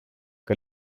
que